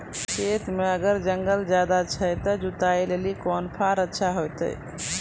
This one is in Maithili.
खेत मे अगर जंगल ज्यादा छै ते जुताई लेली कोंन फार अच्छा होइतै?